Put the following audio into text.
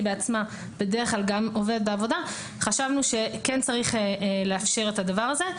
בעצמה בדרך כלל גם עובדת בעבודה חשבנו שכן צריך לאפשר את הדבר הזה.